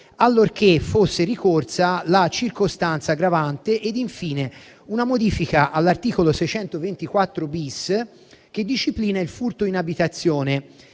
allorché fosse ricorsa la circostanza aggravante e, infine, una modifica all'articolo 624-*bis* che disciplina il furto in abitazione